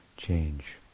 change